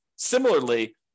Similarly